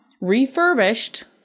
refurbished